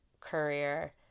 career